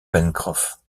pencroff